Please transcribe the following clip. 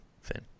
fin